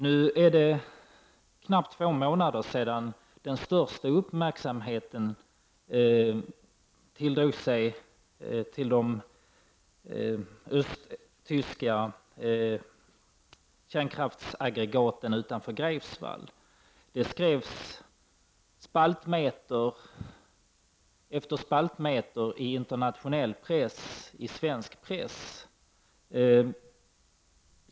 Det är knappt två månader sedan den största uppmärksamheten tilldrogs de östtyska kärnkraftsaggregaten utanför Greifswald. Det skrevs spaltmeter efter spaltmeter i internationell press och i svensk press.